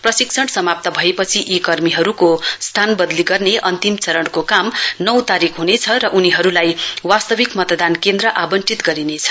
प्रशिक्षण समाप्त भएपछि यी कर्मीहरुको स्थान वदली गर्ने अन्तिम चरणको काम नौ तारीक हुनेछ र उनीहरुलाई वास्तविक मतदान केन्द्र आंवटित गरिनेछ